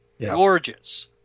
Gorgeous